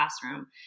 classroom